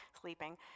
Sleeping